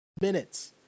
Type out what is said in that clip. minutes